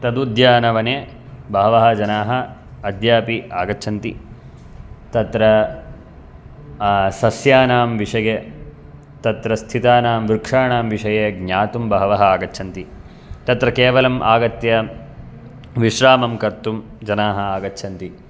तद् उद्यानवने बहवः जनाः अद्य अपि आगच्छन्ति तत्र सस्यानां विषये तत्र स्थितानां वृक्षाणां विषये ज्ञातुं बहवः आगच्छन्ति तत्र केवलम् आगत्य विश्रामं कर्तुं जनाः आगच्छन्ति